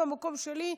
במקום שלי,